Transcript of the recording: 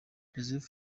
joseph